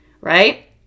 right